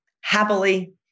happily